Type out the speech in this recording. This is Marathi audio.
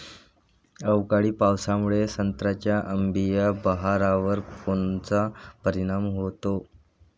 अवकाळी पावसामुळे संत्र्याच्या अंबीया बहारावर कोनचा परिणाम होतो?